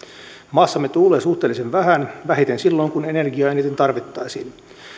maassamme tuulee suhteellisen vähän vähiten silloin kun energiaa eniten tarvittaisiin